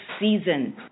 season